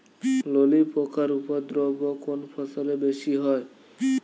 ললি পোকার উপদ্রব কোন ফসলে বেশি হয়?